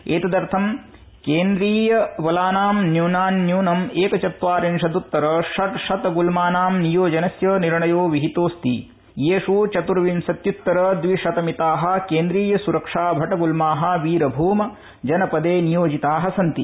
एतदर्थ केन्द्रीय बलाना न्यूनान्न्यून एकचत्वारिशद्तर षट् शत गुल्माना नियोजनस्य निर्णयो विहितोऽस्ति येष् चतुर्विशत्युतर द्वि शतमिता केन्द्रीय स्रक्षा भट ग्ल्मा बीरभूम जनपदे नियोजिता सन्ति